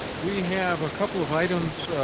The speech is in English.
we have a couple of items.